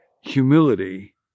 humility